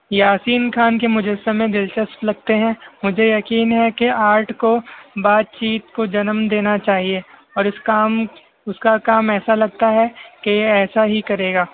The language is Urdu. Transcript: یاسین خان کے مجسمے دلچسپ لگتے ہیں مجھے یقین ہے کہ آرٹ کو بات چیت کو جنم دینا چاہیے اور اس کام اس کا کام ایسا لگتا ہے کہ یہ ایسا ہی کرے گا